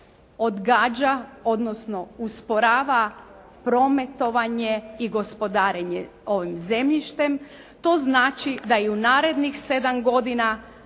odgađa odnosno usporava prometovanje i gospodarenje ovim zemljištem. To znači da i u narednih sedam godina